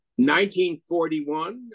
1941